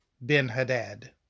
Ben-Hadad